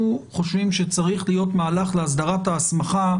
חושבים שצריך להיות מהלך להסדרת ההסמכה,